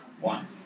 One